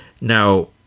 now